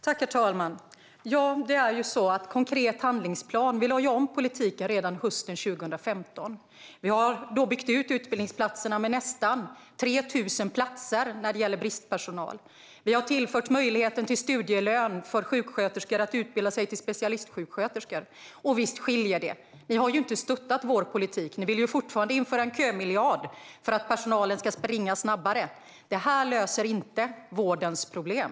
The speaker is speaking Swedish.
Herr talman! När det gäller en konkret handlingsplan lade vi om politiken redan hösten 2015. Vi har byggt ut antalet utbildningsplatser när det gäller bristpersonal med nästan 3 000 platser. Vi har tillfört möjligheten till studielön för sjuksköterskor för att de ska kunna utbilda sig till specialistsjuksköterskor. Och visst finns det en skiljelinje. Ni har ju inte stöttat vår politik. Ni vill fortfarande införa en kömiljard för att personalen ska springa snabbare. Det här löser inte vårdens problem.